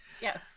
Yes